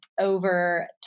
over